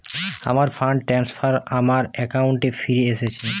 আমার fund transfer আমার অ্যাকাউন্টে ফিরে এসেছে